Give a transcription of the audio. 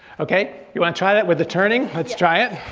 okay, you wanna try that with the turning? lets try it.